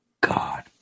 God